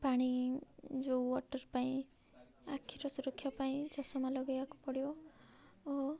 ପାଣି ଯେଉଁ ୱାଟର ପାଇଁ ଆଖିର ସୁରକ୍ଷା ପାଇଁ ଚାଷମା ଲଗେଇବାକୁ ପଡ଼ିବ ଓ